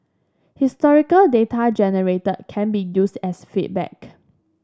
historical data generated can be used as feedback